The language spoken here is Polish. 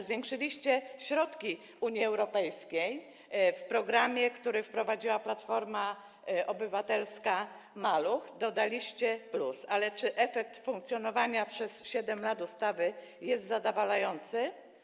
Zwiększyliście środki Unii Europejskiej w programie „Maluch”, który wprowadziła Platforma Obywatelska, i dodaliście „+”, ale czy efekt funkcjonowania ustawy przez 7 lat jest zadowalający?